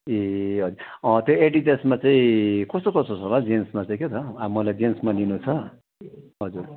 ए हजुर त्यो एडिडासमा चाहिँ कस्तो कस्तो छ होला जेन्समा चाहिँ क्या त अब मलाई जेन्समा लिनु छ हजुर